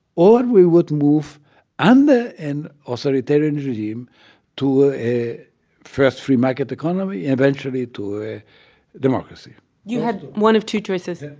or we would move under an authoritarian regime to ah a first, free market economy, eventually to a democracy you had one of two choices.